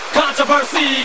controversy